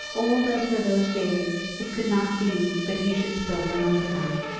old as were those days, it could not be but he should still remember them.